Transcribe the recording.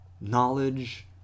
knowledge